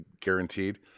guaranteed